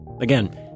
Again